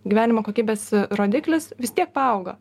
gyvenimo kokybės rodiklis vis tiek paaugo